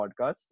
podcast